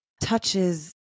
touches